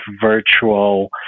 virtual